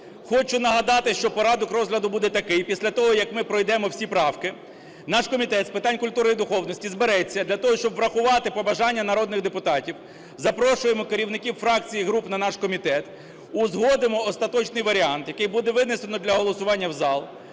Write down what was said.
Хочу нагадати, що порядок розгляду буде такий. Після того, як ми пройдемо всі правки, наш Комітет з питань культури і духовності збереться для того, щоб врахувати побажання народних депутатів, запрошуємо керівників фракцій і груп на наш комітет. Узгодимо остаточний варіант, який буде винесено для голосування в зал.